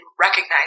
recognize